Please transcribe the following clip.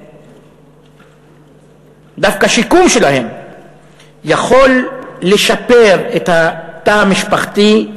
דווקא שיקום שלהן יכול לשפר את התא המשפחתי,